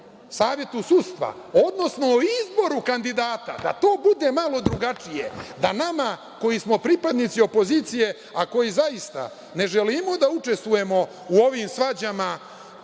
Zakon o VSS, odnosno o izboru kandidata, da to bude malo drugačije da nama koji smo pripadnici opozicije, a koji zaista ne želimo da učestvujemo u ovim svađama